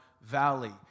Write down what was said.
valley